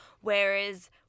Whereas